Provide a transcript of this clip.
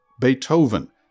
Beethoven